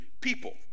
people